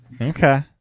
Okay